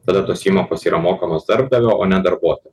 tada tos įmokos yra mokamas darbdavio o ne darbuotojo